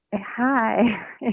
hi